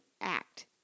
act